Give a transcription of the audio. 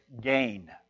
gain